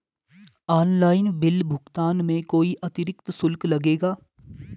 Online bill भुगतान में कोई अतिरिक्त शुल्क लगेगा?